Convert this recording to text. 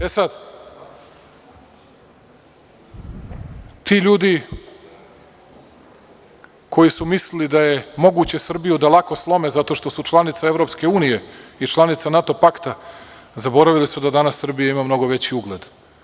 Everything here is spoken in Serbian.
E sada, ti ljudi koji su mislili da je moguće Srbiju da lako slome zato što su članica EU i članica NATO pakta, zaboravili su da danas Srbija ima mnogo veći ugled.